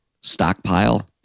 stockpile